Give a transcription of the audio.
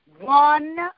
one